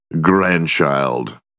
grandchild